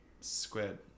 Squid